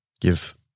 give